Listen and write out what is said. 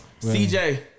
CJ